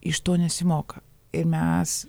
iš to nesimoka ir mes